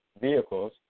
vehicles